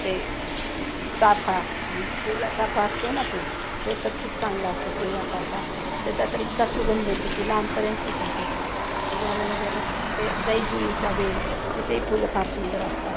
ते चाफा पिवळा चाफा असतो ना तो तो तर खूप चांगला असतो पिवळा चाफा त्याचा तर इतका सुगंंध येतो की लांबपर्यंत सुगंध येतो त्याच्यानंतर ते जाई जुईचा वेल त्याचेही फुलं फार सुंदर असतात